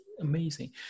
amazing